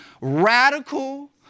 radical